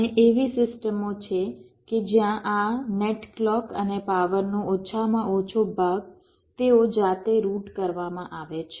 અને એવી સિસ્ટમો છે કે જ્યાં આ નેટ ક્લૉક અને પાવરનો ઓછામાં ઓછો ભાગ તેઓ જાતે રૂટ કરવામાં આવે છે